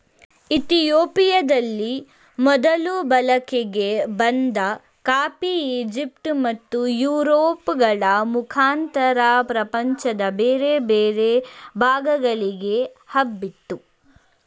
ಇತಿಯೋಪಿಯದಲ್ಲಿ ಮೊದಲು ಬಳಕೆಗೆ ಬಂದ ಕಾಫಿ ಈಜಿಪ್ಟ್ ಮತ್ತು ಯುರೋಪ್ ಗಳ ಮುಖಾಂತರ ಪ್ರಪಂಚದ ಬೇರೆ ಬೇರೆ ಭಾಗಗಳಿಗೆ ಹಬ್ಬಿತು